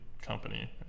company